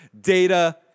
data